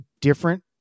different